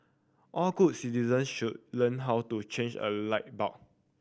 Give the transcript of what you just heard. all good citizens should learn how to change a light bulb